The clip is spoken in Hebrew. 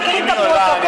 לו?